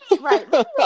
Right